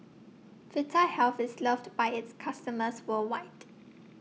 Vitahealth IS loved By its customers worldwide